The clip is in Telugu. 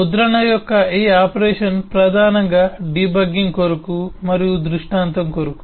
ముద్రణ యొక్క ఈ ఆపరేషన్ ప్రధానంగా డీబగ్గింగ్ కొరకు మరియు దృష్టాంతం కొరకు